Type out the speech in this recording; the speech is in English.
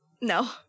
No